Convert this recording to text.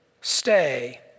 stay